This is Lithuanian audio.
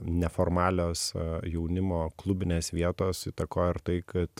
neformalios jaunimo klubinės vietos įtakojo ir tai kad